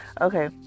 Okay